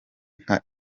nka